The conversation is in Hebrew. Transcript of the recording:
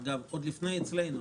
עוד לפני מה שקרה אצלנו,